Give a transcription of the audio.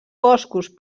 boscos